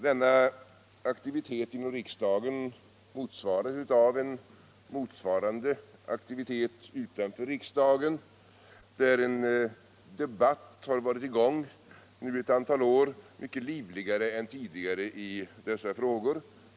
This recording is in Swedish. Denna aktivitet inom riksdagen motsvaras av en motsvarande aktivitet utanför riksdagen, där under ett antal år en debatt har varit i gång — mycket livligare än tidigare — i dessa frågor.